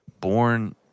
born